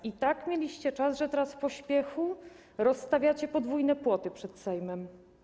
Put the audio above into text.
I tak mieliście czas, że teraz w pośpiechu rozstawiacie podwójne płoty przed Sejmem.